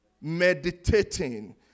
Meditating